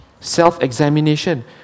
Self-examination